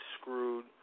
screwed